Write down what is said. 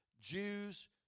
Jews